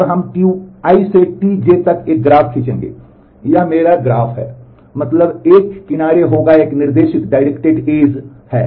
और हम Ti से Tj तक एक ग्राफ खींचेंगे यह मेरा ग्राफ है मतलब एक किनारे होगा एक निर्देशित किनारा है